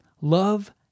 Love